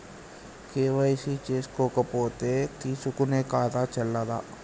KYC చేసుకోకపోతే తీసుకునే ఖాతా చెల్లదా?